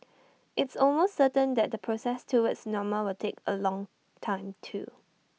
it's almost certain that the process towards normal will take A long time too